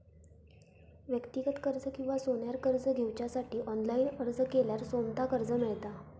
व्यक्तिगत कर्ज किंवा सोन्यार कर्ज घेवच्यासाठी ऑनलाईन अर्ज केल्यार सोमता कर्ज मेळता